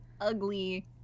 ugly